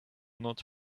not